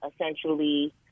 essentially